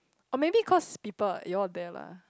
oh maybe cause people you all are there lah